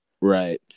Right